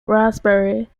raspberry